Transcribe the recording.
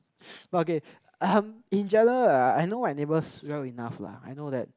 but okay um in general right I know my neighbours well enough lah I know that